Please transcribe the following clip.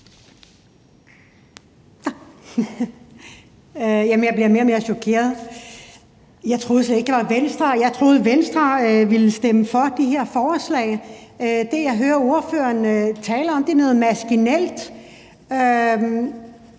Jeg bliver mere og mere chokeret. Jeg troede, Venstre ville stemme for de her forslag. Det, jeg hører ordføreren tale om, er noget maskinelt.